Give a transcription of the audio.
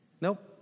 nope